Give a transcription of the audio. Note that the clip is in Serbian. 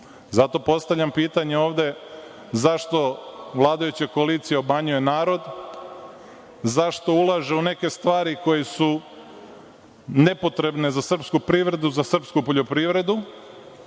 EU.Zato postavljam pitanje ovde – zašto vladajuća koalicija obmanjuje narod, zašto ulaže u neke stvari koje su nepotrebne za srpsku privredu, za srpsku poljoprivredu